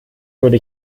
würde